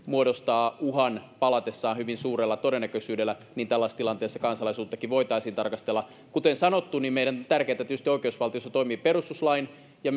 muodostaa uhan hyvin suurella todennäköisyydellä niin tällaisessa tilanteessa kansalaisuuttakin voitaisiin tarkastella kuten sanottu meidän on tärkeätä tietysti oikeusvaltiossa toimia perustuslain ja